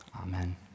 Amen